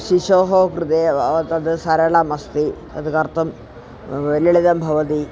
शिशोः कृदेव तद् सरलमस्ति तद् कर्तुं ललितं भवति